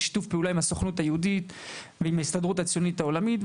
ושיתוף פעולה עם הסוכנות היהודית ועם ההסתדרות הציונית העולמית,